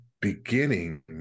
beginning